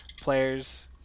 players